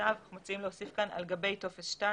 בכתב מציעים להוסיף כאן: על גבי טופס 2